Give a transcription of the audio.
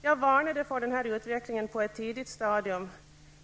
Jag varnade för denna utveckling på ett tidigt stadium.